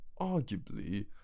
arguably